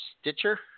Stitcher